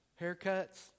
haircuts